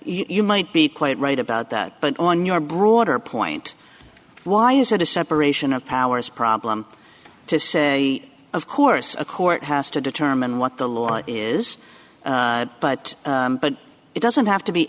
you might be quite right about that but on your broader point why is it a separation of powers problem to say of course a court has to determine what the law is but it doesn't have to be